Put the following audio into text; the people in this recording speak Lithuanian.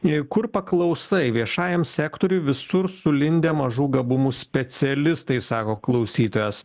nei kur paklausai viešajam sektoriui visur sulindę mažų gabumų specialistai sako klausytojas